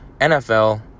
NFL